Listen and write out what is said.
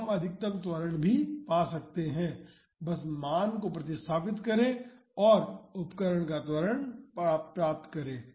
तो हम अधिकतम त्वरण भी पा सकते हैं बस मान को प्रतिस्थापित करें और उपकरण का त्वरण प्राप्त करें